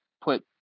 put